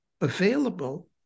available